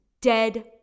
dead